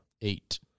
Eight